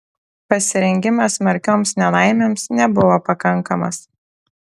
pasirengimas smarkioms nelaimėms nebuvo pakankamas